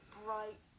bright